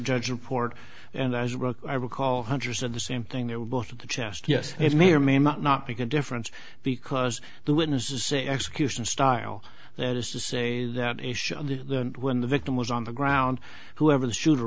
judge report and as i recall hunter said the same thing they were both at the chest yes it may or may not not because difference because the witnesses say execution style that is to say that when the victim was on the ground whoever the shooter